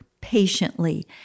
patiently